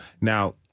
Now